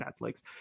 Netflix